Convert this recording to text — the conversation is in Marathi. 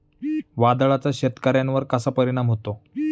वादळाचा शेतकऱ्यांवर कसा परिणाम होतो?